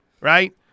right